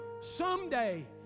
someday